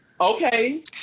Okay